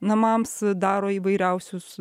namams daro įvairiausius